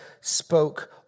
spoke